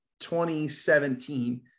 2017